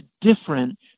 different